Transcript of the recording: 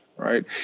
right